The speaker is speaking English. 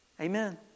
Amen